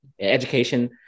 education